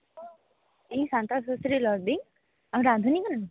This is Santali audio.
ᱤᱧ ᱥᱟᱶᱛᱟ ᱥᱩᱥᱟᱹᱨᱤᱭᱟᱹ ᱨᱚᱲ ᱫᱤᱧ ᱟᱢ ᱨᱟᱸᱫᱷᱩᱱᱤ ᱠᱟᱱᱟᱢ